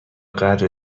قدر